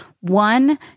One